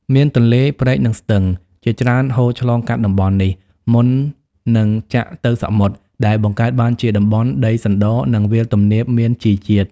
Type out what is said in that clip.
មានទន្លេ ព្រែក និងស្ទឹង ជាច្រើនហូរឆ្លងកាត់តំបន់នេះ មុននឹងចាក់ទៅសមុទ្រ ដែលបង្កើតបានជាតំបន់ដីសណ្ដ និងវាលទំនាបមានជីជាតិ។